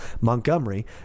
Montgomery